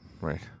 Right